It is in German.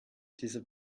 diese